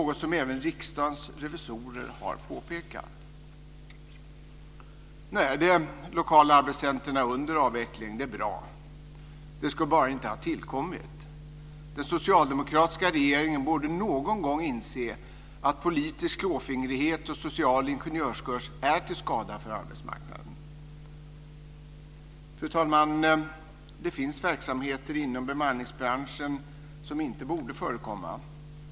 Det har även Riksdagens revisorer påpekat. Det är bra. Den socialdemokratiska regeringen borde någon gång inse att politisk klåfingrighet och social ingenjörskonst är till skada för arbetsmarknaden. Fru talman! Det finns verksamheter inom bemanningsbranschen som inte borde förekomma.